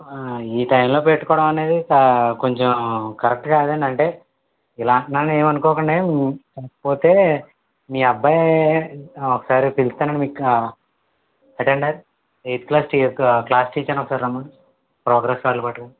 ఈ టైంలో పెట్టుకోవడం అనేది కా కొంచెం కరెక్ట్ కాదండి అంటే ఇలా అంటున్నాను అని ఏం అనుకోకండి కాకపోతే మీ అబ్బాయి ఒకసారి పిలుస్తాను అండి మీకా అటెండర్ ఎయిత్ క్లాస్ క్లాస్ టీచర్ను ఒకసారి రమ్మను ప్రోగ్రెస్ కార్డులు పట్టుకొని